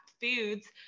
foods